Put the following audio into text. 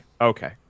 okay